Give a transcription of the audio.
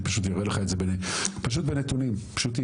אני פשוט אראה לך את זה, פשוט בנתונים פשוטים.